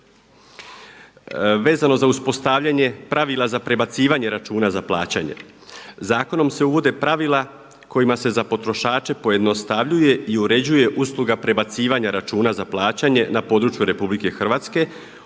Vezano za uspotavljanje pravila za prebacivanje računa za plaćanje. Zakonom se uvode pravila kojima se za potrošače pojednostavljuje i uređuje usluga prebacivanja računa za plaćanje na području RH,